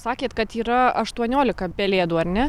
sakėt kad yra aštuoniolika pelėdų ar ne